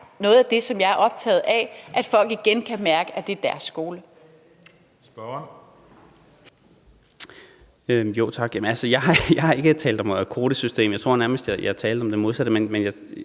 Noget af det, som jeg er optaget af, er, at folk igen kan mærke, at det er deres skole.